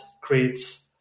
creates